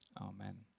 Amen